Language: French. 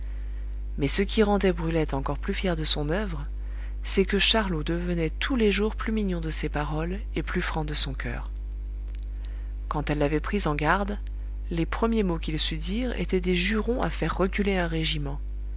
mais ce qui rendait brulette encore plus fière de son oeuvre c'est que charlot devenait tous les jours plus mignon de ses paroles et plus franc de son coeur quand elle l'avait pris en garde les premiers mots qu'il sût dire étaient des jurons à faire reculer un régiment